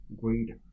greed